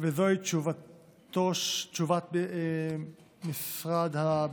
זוהי תשובת משרד הביטחון: